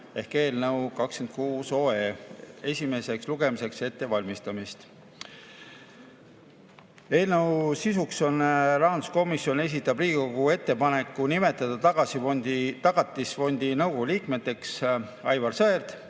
eelnõu 26 esimeseks lugemiseks ettevalmistamist. Eelnõu sisuks on, et rahanduskomisjon esitab Riigikogule ettepaneku nimetada Tagatisfondi nõukogu liikmeteks Aivar Sõerd